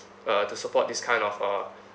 uh to support this kind of uh